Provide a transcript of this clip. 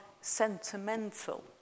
sentimental